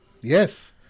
Yes